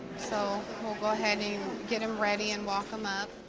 so we'll go ahead and get him ready and walk him up.